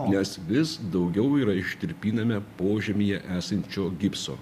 nes vis daugiau yra ištirpiname požemyje esančio gipso